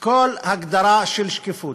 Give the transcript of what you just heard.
כל הגדרה של שקיפות,